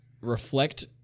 reflect